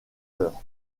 heures